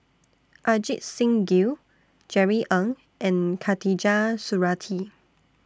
Ajit Singh Gill Jerry Ng and Khatijah Surattee